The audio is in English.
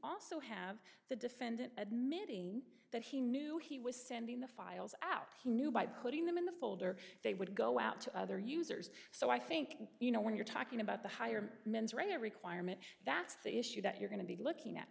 also have the defendant admitting that he knew he was sending the files out he knew by putting them in the folder they would go out to other users so i think you know when you're talking about the higher mens rea requirement that's the issue that you're going to be looking at